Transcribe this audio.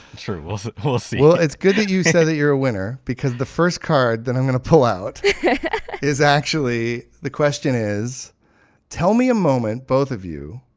sure, we'll um ah see well, it's good that you said that you're a winner because the first card that i'm going to pull out is actually, the question is tell me a moment, both of you,